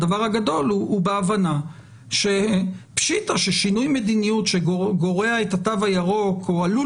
הדבר הגדול הוא בהבנה שפשיטא ששינוי מדיניות שגורע את התו הירוק או עלול